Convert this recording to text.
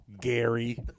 Gary